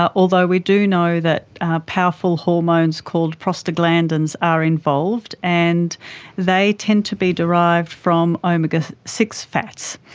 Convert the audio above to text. ah although we do know that powerful hormones called prostaglandins are involved, and they tend to be derived from omega six fats.